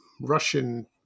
Russian